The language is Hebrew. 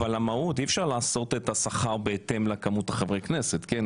אבל אי-אפשר לעשות את השכר בהתאם לכמות חברי הכנסת,